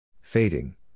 fading